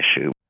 issue